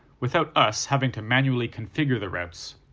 without us having to manually configure the routes.